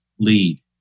Lead